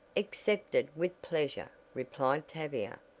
accepted with pleasure, replied tavia,